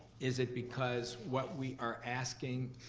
is it because what we are asking,